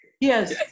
Yes